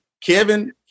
Kevin